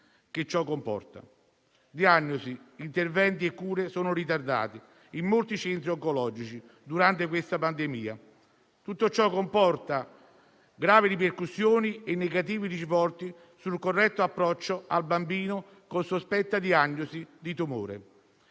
che ciò comporta. Diagnosi, interventi e cure si sono ritardati, in molti centri oncologici, durante la pandemia. Tutto ciò comporta gravi ripercussioni e negativi risvolti sul corretto approccio al bambino con sospetta diagnosi di tumore.